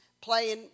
playing